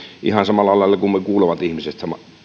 ihan samalla lailla kuin me kuulevat ihmiset